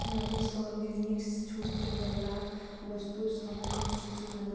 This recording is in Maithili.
नॉरिश ऑर्गेनिक्स छूटवला वस्तु सबके सूचि बनाउ